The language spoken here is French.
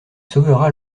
sauvera